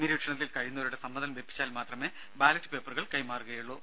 നിരീക്ഷണത്തിൽ കഴിയുന്നവരുടെ സമ്മതം ലഭിച്ചാൽ മാത്രമേ ബാലറ്റ് പേപ്പറുകൾ കൈമാറുകയുള്ളൂ